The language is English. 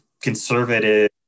conservative